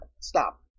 stop